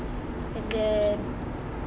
and then